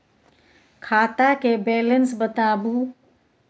खाता के बैलेंस बताबू?